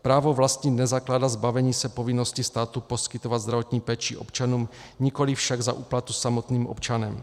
Právo vlastnit nezakládá zbavení se povinnosti státu poskytovat zdravotní péči občanům, nikoliv však za úplatu samotným občanem.